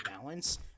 balance